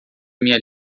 minha